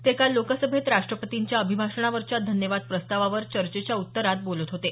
ते काल लोकसभेत राष्ट्रपतींच्या अभिभाषणावरच्या धन्यवाद प्रस्तावावर चर्चेच्या उत्तरात बोलत होते